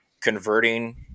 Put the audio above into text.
converting